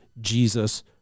Jesus